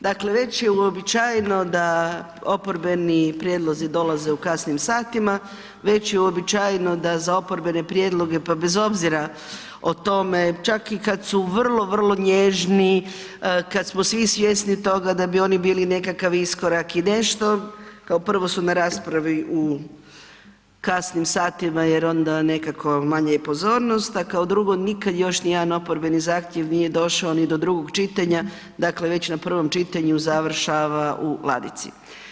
Dakle, već je uobičajeno da oporbeni prijedlozi dolaze u kasnim satima, već je uobičajeno da za oporbene prijedloge, pa bez obzira o tome, čak i kad su vrlo, vrlo nježni, kad smo svi svjesni toga da bi oni bili nekakav iskorak i nešto, kao prvo su na raspravi u kasnim satima jer onda nekako manje je pozornost, a kao drugo nikad još nijedan oporbeni zahtjev nije došao ni do drugog čitanja, dakle već na prvom čitanju završava u ladici.